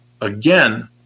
again